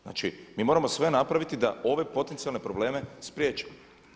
Znači mi moramo sve napraviti da ove potencijalne probleme spriječimo.